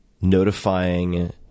notifying